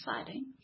exciting